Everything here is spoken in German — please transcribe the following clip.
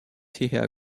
hierher